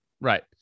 Right